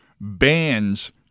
bands